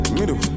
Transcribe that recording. middle